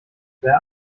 wer